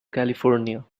california